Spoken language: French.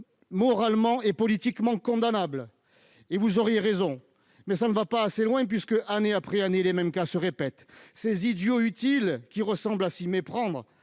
moralement et politiquement condamnables. Et vous auriez raison ! Mais cela ne va pas assez loin : année après année, les mêmes cas se répètent. Ces idiots utiles, qui ressemblent à s'y méprendre